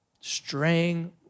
Straying